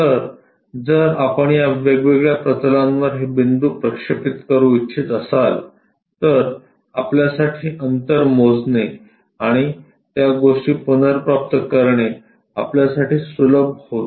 तर जर आपण या वेगवेगळ्या प्रतलांवर हे बिंदू प्रक्षेपित करू इच्छित असाल तर आपल्यासाठी अंतर मोजणे आणि त्या गोष्टी पुनर्प्राप्त करणे आपल्यासाठी सुलभ होते